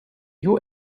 you